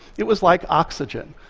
it was like oxygen,